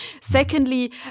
Secondly